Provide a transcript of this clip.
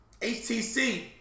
HTC